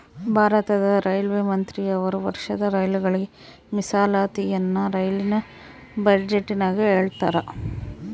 ಭಾರತದ ರೈಲ್ವೆ ಮಂತ್ರಿಯವರು ವರ್ಷದ ರೈಲುಗಳಿಗೆ ಮೀಸಲಾತಿಯನ್ನ ರೈಲಿನ ಬಜೆಟಿನಗ ಹೇಳ್ತಾರಾ